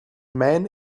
man